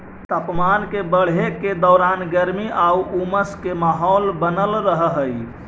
तापमान के बढ़े के दौरान गर्मी आउ उमस के माहौल बनल रहऽ हइ